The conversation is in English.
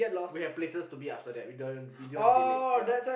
we have places to be after that we didn't we didn't want to be late ya